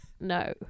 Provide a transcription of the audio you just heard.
no